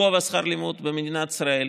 גובה שכר הלימוד במדינת ישראל,